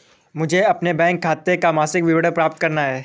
मुझे अपने बैंक खाते का मासिक विवरण प्राप्त करना है?